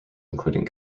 including